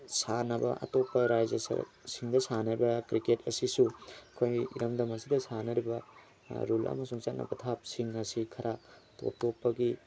ꯁꯥꯟꯅꯕ ꯑꯇꯣꯞꯄ ꯔꯥꯖ꯭ꯌꯥ ꯁꯤꯡꯗ ꯁꯥꯟꯅꯕ ꯀ꯭ꯔꯤꯀꯦꯠ ꯑꯁꯤꯁꯨ ꯑꯩꯈꯣꯏ ꯏꯔꯝꯗꯝ ꯑꯁꯤꯗ ꯁꯥꯟꯅꯔꯤꯕ ꯔꯨꯜ ꯑꯃꯁꯨꯡ ꯆꯠꯅ ꯄꯊꯥꯞꯁꯤꯡ ꯑꯁꯤ ꯈꯔ ꯇꯣꯞ ꯇꯣꯞꯄꯒꯤ